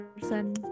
person